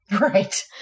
Right